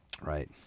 Right